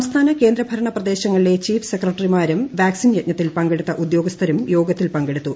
സംസ്ഥാന കേന്ദ്ര ഭരണ പ്രദേശങ്ങളിലെ ചീഫ് സെക്രട്ടറിമാരും വാക്സിൻ യജ്ഞത്തിൽ പങ്കെടുത്ത ഉദ്യോഗസ്ഥരും യോഗത്തിൽ പങ്കെടുത്തു